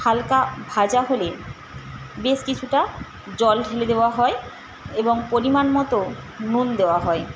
হালকা ভাজা হলে বেশ কিছুটা জল ঢেলে দেওয়া হয় এবং পরিমাণ মতো নুন দেওয়া হয়